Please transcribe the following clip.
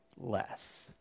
less